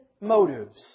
motives